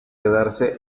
quedarse